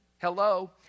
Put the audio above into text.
Hello